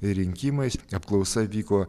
rinkimais apklausa vyko